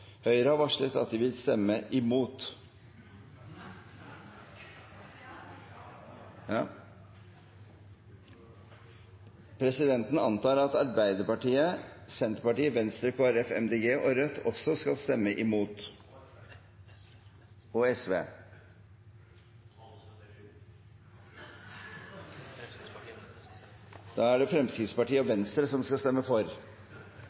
Høyre har varslet at de vil stemme imot. Presidenten antar at Arbeiderpartiet, Senterpartiet, Sosialistisk Venstreparti, Kristelig Folkeparti, Miljøpartiet De Grønne og Rødt også skal stemme imot. Det er altså Fremskrittspartiet og Venstre som skal stemme for.